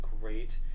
great